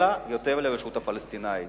אלא יותר לרשות הפלסטינית.